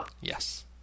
Yes